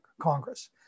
Congress